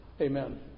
Amen